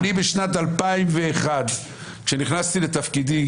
אדוני, אני בשנת 2001, כשנכנסתי לתפקידי